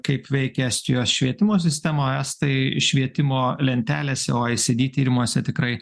kaip veikia estijos švietimo sistema estai švietimo lentelėse oecd tyrimuose tikrai